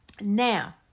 Now